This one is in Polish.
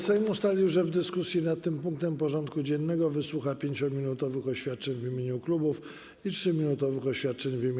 Sejm ustalił, że w dyskusji nad tym punktem porządku dziennego wysłucha 5-minutowych oświadczeń w imieniu klubów i 3-minutowych oświadczeń w imieniu kół.